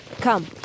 Come